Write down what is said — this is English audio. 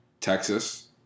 Texas